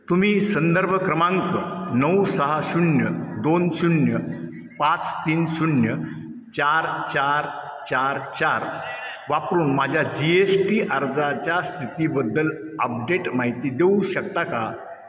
तुम्ही संदर्भ क्रमांक नऊ सहा शून्य दोन शून्य पाच तीन शून्य चार चार चार चार वापरून माझ्या जी एश टी अर्जाच्या स्थितीबद्दल अपडेट माहिती देऊ शकता का